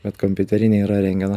bet kompiuterinė yra rentgeno